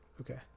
okay